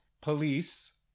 Police